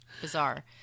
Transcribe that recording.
Bizarre